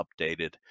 updated